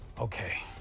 Okay